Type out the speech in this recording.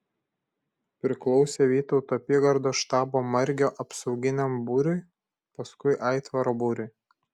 priklausė vytauto apygardos štabo margio apsauginiam būriui paskui aitvaro būriui